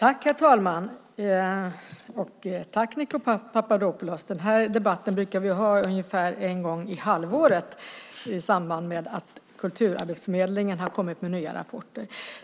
Herr talman! Jag tackar Nikos Papadopoulos. Den här debatten brukar vi ha ungefär en gång i halvåret i samband med att Kulturarbetsförmedlingen kommer med nya rapporter.